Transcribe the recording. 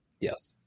Yes